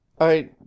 I